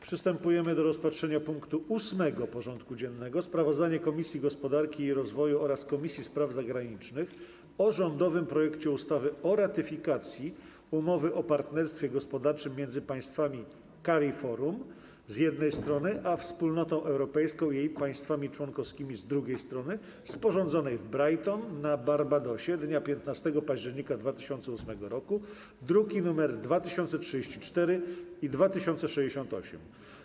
Przystępujemy do rozpatrzenia punktu 8. porządku dziennego: Sprawozdanie Komisji Gospodarki i Rozwoju oraz Komisji Spraw Zagranicznych o rządowym projekcie ustawy o ratyfikacji Umowy o partnerstwie gospodarczym między państwami CARIFORUM, z jednej strony, a Wspólnotą Europejską i jej państwami członkowskimi, z drugiej strony, sporządzonej w Bridgetown na Barbadosie dnia 15 października 2008 r. (druki nr 2034 i 2068)